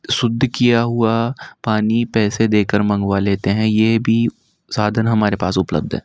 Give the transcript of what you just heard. शुद्ध किया हुआ पानी पैसे देकर मंगवा लेते हैं यह भी साधन हमारे पास उपलब्ध है